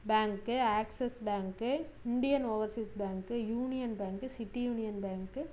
bank axis bank Indian overseas bank union bank city union bank